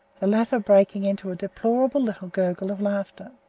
the latter breaking into a deplorable little gurgle of laughter.